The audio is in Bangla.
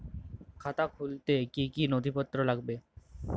খাতা খুলতে কি কি নথিপত্র লাগবে?